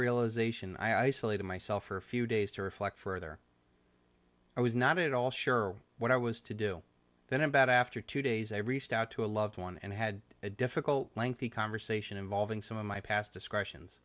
realisation i isolated myself for a few days to reflect further i was not at all sure what i was to do then about after two days i reached out to a loved one and had a difficult lengthy conversation involving some of my past discussions